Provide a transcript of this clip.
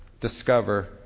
discover